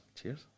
Cheers